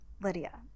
Lydia